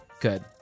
Good